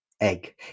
egg